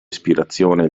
ispirazione